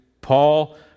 Paul